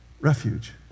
Refuge